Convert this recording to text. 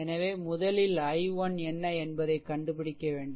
எனவே முதலில் I1என்ன என்பதைக் கண்டுபிடிக்க வேண்டும்